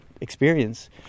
experience